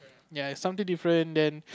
ya something different then